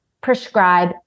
prescribe